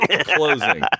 closing